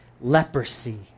leprosy